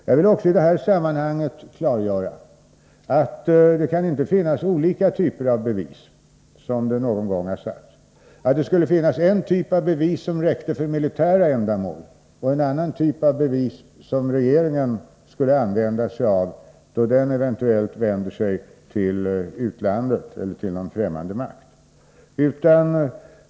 Jag vill i detta sammanhang också klargöra att det inte kan finnas olika typer av bevis. Det har någon gång sagts att det skulle finnas en typ av bevis som räcker för militära ändamål och en annan typ av bevis som regeringen skulle använda sig av då den eventuellt vänder sig till utlandet eller till någon främmande makt.